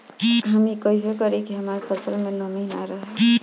हम ई कइसे करी की हमार फसल में नमी ना रहे?